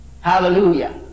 Hallelujah